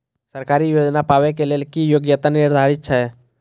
सरकारी योजना पाबे के लेल कि योग्यता निर्धारित छै?